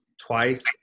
twice